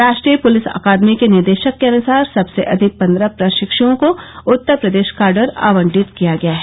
राष्ट्रीय पुलिस अकादमी के निदेशक के अनुसार सबसे अधिक पन्द्रह प्रशिक्ष्ओं को उत्तरप्रदेश काडर आवंटित किया गया है